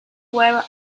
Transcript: where